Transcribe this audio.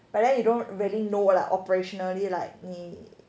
but then you don't really know lah operationally like me